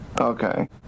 okay